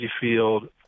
field